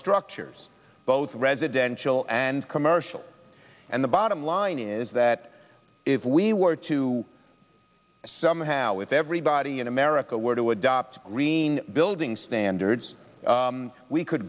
structures both residential and commercial and the bottom line is that if we were to somehow if everybody in america were to adopt green building standards we could